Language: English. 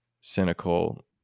cynical